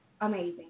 amazing